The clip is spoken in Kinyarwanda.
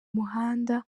muhanda